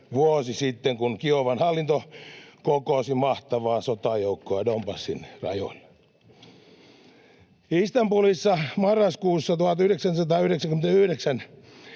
vuosi sitten, kun Kiovan hallinto kokosi mahtavaa sotajoukkoa Donbasin rajoilla. Istanbulissa marraskuussa 1999